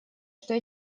что